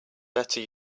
better